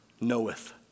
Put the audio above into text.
knoweth